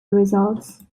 results